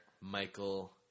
Michael